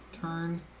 turn